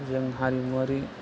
जों हारिमुवारि